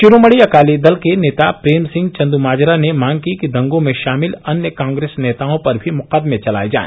शिरोमणि अकाली दल के नेता प्रेम सिंह चंद्माजरा ने मांग की है कि दंगो में शामिल अन्य कांग्रेस नेताओं पर भी मुकदमें चलाए जाए